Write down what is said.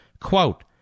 quote